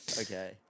Okay